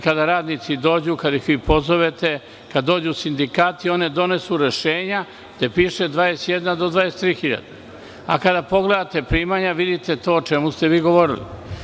Kada radnici dođu, kad ih pozovete, kad dođu sindikati oni donose rešenja gde piše 21 do 23 hiljade, d kada pogledate primanja vidite to o čemu ste vi govorili.